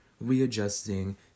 readjusting